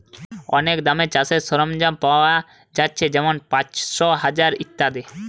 অনেক দামে চাষের সরঞ্জাম পায়া যাচ্ছে যেমন পাঁচশ, হাজার ইত্যাদি